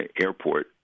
airport